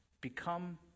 become